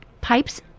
pipes